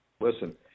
Listen